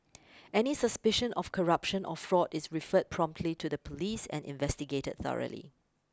any suspicion of corruption or fraud is referred promptly to the police and investigated thoroughly